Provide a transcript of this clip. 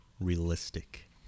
realistic